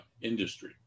industry